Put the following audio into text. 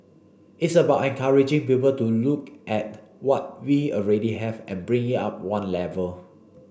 it's about encouraging people to look at what we already have and bring it up one level